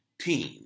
team